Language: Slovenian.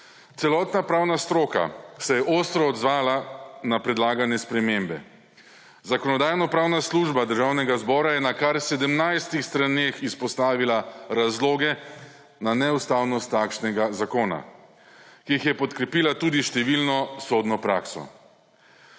Celotna pravna stroka se je ostro odzvala na predlagane spremembe. Zakonodajno-pravna služba Državnega zbora je na kar 17 straneh izpostavila razloge za neustavnost takšnega zakona, ki jih je podkrepila tudi s številno sodno prakso.